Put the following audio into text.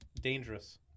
dangerous